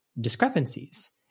discrepancies